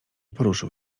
poruszył